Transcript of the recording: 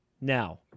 now